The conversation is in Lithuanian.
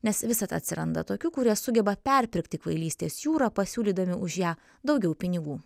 nes visad atsiranda tokių kurie sugeba perpirkti kvailystės jūrą pasiūlydami už ją daugiau pinigų